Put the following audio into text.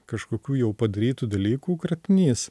kažkokių jau padarytų dalykų kratinys